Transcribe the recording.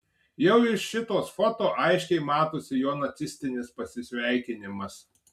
jau iš šitos foto aiškiai matosi jo nacistinis pasisveikinimas